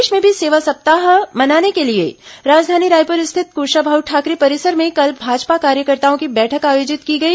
प्रदेश में भी सेवा सप्ताह मनाने के लिए राजधानी रायपुर स्थित कुशाभाऊ ठाकरे परिसर में कल भाजपा कार्यकर्ताओं की बैठक आयोजित की गई